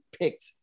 picked